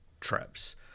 trips